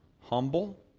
Humble